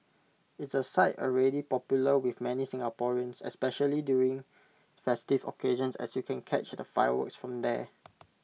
it's A site already popular with many Singaporeans especially during festive occasions as you can catch the fireworks from there